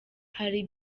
hari